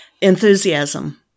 enthusiasm